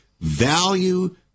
value